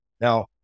Now